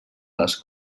les